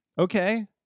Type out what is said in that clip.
Okay